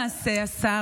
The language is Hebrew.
השר,